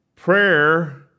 Prayer